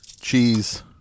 cheese